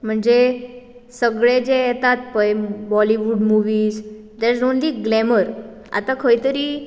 म्हणजे सगळे जे येतात पय Bollywood movies there is only glamour आतां खंय तरी